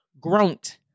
groaned